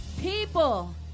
people